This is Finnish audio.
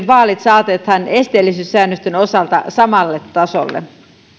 vaalit saatetaan esteellisyyssäännösten osalta samalle tasolle olen